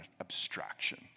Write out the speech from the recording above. abstraction